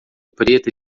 preta